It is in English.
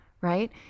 right